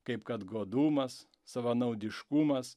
kaip kad godumas savanaudiškumas